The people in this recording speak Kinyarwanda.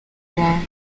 abantu